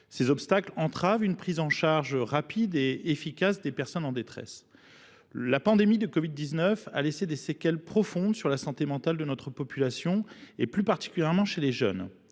Ces obstacles entravent une prise en charge rapide et efficace des personnes en détresse. La pandémie de covid 19 a laissé des séquelles profondes sur la santé mentale de notre population, plus particulièrement chez les jeunes.